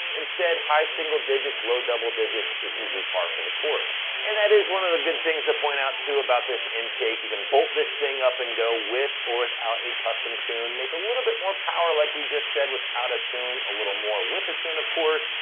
instead, high single digits, low double digits is usually power for the course. and that is one of the good things to point out too about this intake. you can bolt this thing up and go with or without a custom tune, make a little bit more power like we just said without a tune. a little more with the tune, of course,